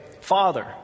Father